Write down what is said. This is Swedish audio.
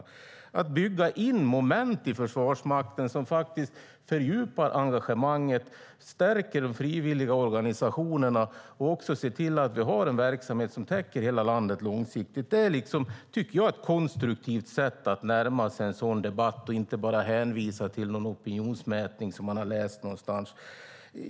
Jag tycker att man ska bygga in moment i Försvarsmakten som fördjupar engagemanget, stärker de frivilliga organisationerna och ser till att vi har en verksamhet som täcker hela landet långsiktigt. Det tycker jag är ett konstruktivt sätt att närma sig en sådan debatt och inte bara hänvisa till någon opinionsmätning som man har läst någonstans.